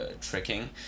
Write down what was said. tricking